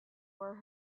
were